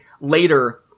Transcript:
later –